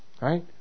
Right